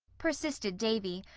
persisted davy,